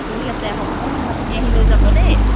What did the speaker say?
ঠিক আছে হ'ব নহ'লে আপুনি আহি লৈ যাব দেই